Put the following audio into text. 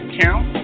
count